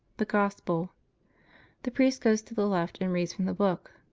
the gospel the priest goes to the left and reads from the book.